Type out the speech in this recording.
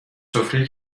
سفره